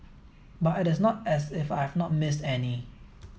but it is not as if I have not missed any